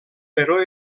però